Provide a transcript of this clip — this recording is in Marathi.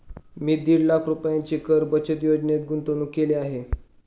मी दीड लाख रुपयांची कर बचत योजनेत गुंतवणूक केली आहे